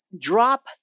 Drop